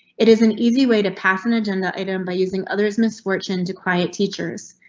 it is an easy way to pass an agenda item by using others misfortune to quiet teachers.